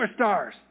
superstars